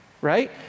right